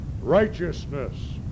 righteousness